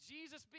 Jesus